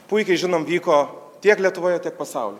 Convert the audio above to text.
puikiai žinom vyko tiek lietuvoje tiek pasauly